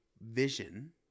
vision